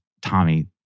Tommy